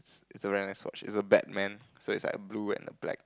is a really nice it's a badman so is like a blue and black